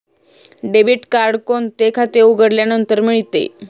Debit card कोणते खाते उघडल्यानंतर मिळते?